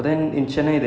ya